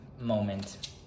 moment